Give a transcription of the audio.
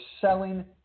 selling